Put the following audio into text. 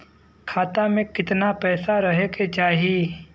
खाता में कितना पैसा रहे के चाही?